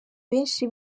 benshi